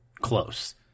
close